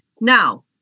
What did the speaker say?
Now